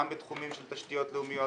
גם בתחומים של תשתיות לאומיות,